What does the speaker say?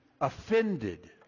offended